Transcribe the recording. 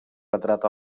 retrat